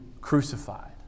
crucified